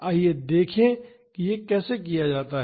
आइए देखें कि यह कैसे किया जाता है